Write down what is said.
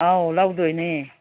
ꯑꯧ ꯂꯧꯗꯣꯏꯅꯦ